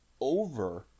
over